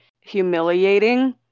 humiliating